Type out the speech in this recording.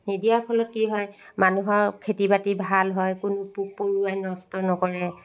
নিদিয়াৰ ফলত কি হয় মানুহৰ খেতি বাতি ভাল হয় কোনো পোক পৰুৱাই নষ্ট নকৰে